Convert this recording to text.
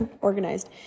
organized